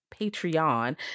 Patreon